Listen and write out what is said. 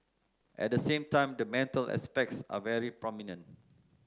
at the same time the mental aspects are very prominent